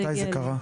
מתי זה קרה?